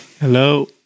Hello